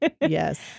Yes